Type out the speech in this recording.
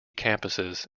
campuses